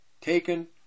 taken